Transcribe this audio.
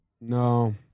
No